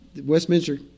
Westminster